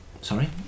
Sorry